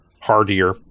hardier